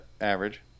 average